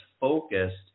focused